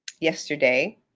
yesterday